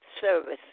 service